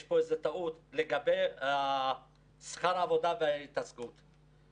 יש פה טעות לגבי שכר העבודה --- אנחנו,